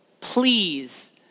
please